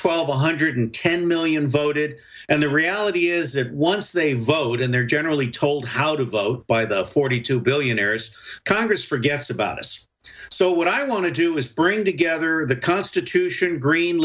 twelve one hundred ten million voted and the reality is that once they vote and they're generally told how to vote by the forty two billionaires congress forgets about us so what i want to do is bring together the constitution green